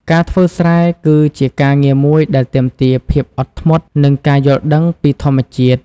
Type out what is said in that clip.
ការធ្វើស្រែ គឺជាការងារមួយដែលទាមទារភាពអត់ធ្មត់ និងការយល់ដឹងពីធម្មជាតិ។